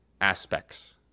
aspects